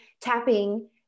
tapping